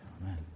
Amen